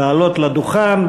לעלות לדוכן,